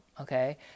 Okay